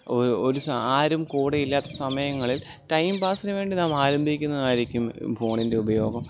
ഒരു ആരും കൂടെയില്ലാത്ത സമയങ്ങളിൽ ടൈം പാസിന് വേണ്ടി ആരംഭിക്കുന്നതായിരിക്കും ഫോണിൻ്റെ ഉപയോഗം